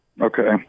Okay